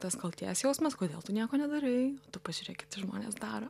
tas kaltės jausmas kodėl tu nieko nedarai o tu pažiūrėk kiti žmonės daro